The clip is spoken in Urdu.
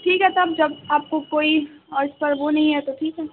ٹھیک ہے تب جب آپ کو کوئی وہ نہیں ہے تو ٹھیک ہے